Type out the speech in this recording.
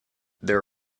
there